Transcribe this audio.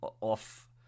off-